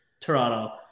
Toronto